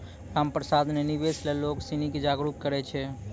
रामप्रसाद ने निवेश ल लोग सिनी के जागरूक करय छै